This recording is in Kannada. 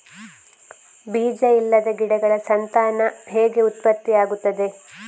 ಬೀಜ ಇಲ್ಲದ ಗಿಡಗಳ ಸಂತಾನ ಹೇಗೆ ಉತ್ಪತ್ತಿ ಆಗುತ್ತದೆ?